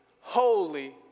holy